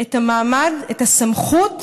את המעמד, את הסמכות,